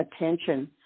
attention